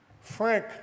Frank